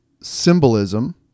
symbolism